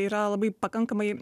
yra labai pakankamai